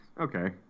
Okay